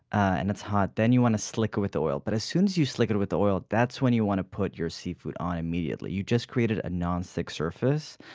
and it's hot, then you want to slick it with oil. but as soon as you slick it with oil, that's when you want to put your seafood on immediately. you've just created a nonstick surface.